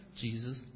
Jesus